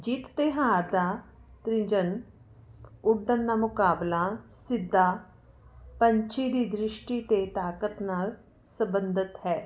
ਜਿੱਤ ਅਤੇ ਹਾਰ ਦਾ ਤ੍ਰਿੰਜਨ ਉੱਡਣ ਦਾ ਮੁਕਾਬਲਾ ਸਿੱਧਾ ਪੰਛੀ ਦੀ ਦ੍ਰਿਸ਼ਟੀ ਅਤੇ ਤਾਕਤ ਨਾਲ ਸੰਬੰਧਿਤ ਹੈ